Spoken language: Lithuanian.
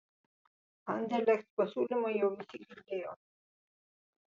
anderlecht pasiūlymą jau visi girdėjo